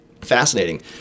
Fascinating